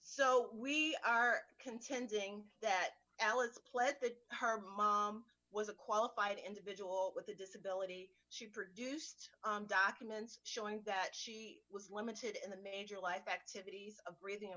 so we are contending that alice pled that her mom was a qualified individual with a disability she produced documents showing that she was limited in the major life activities of reading and